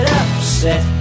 upset